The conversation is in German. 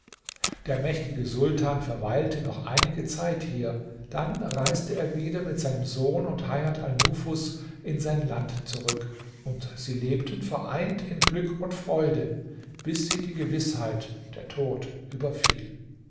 der mächtige sultan verweilte noch einige zeit hier dann reiste er wieder mit seinem sohn und hajat alnufus in sein land zurück und sie lebten vereint in glück und freude bis sie die gewißheit der tod überfiel